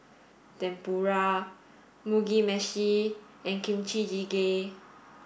Tempura Mugi meshi and Kimchi jjigae